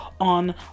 on